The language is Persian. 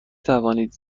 توانید